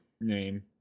name